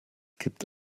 gibt